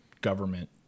government